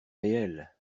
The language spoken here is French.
réel